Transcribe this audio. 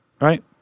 right